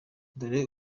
dore